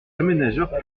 aménageurs